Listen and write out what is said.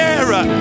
era